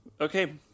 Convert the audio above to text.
Okay